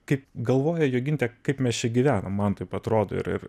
kaip galvoja jogintė kaip mes čia gyvenam man taip atrodo ir ir